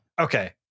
Okay